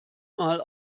mal